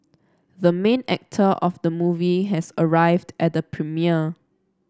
the main actor of the movie has arrived at the premiere